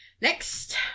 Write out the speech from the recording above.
next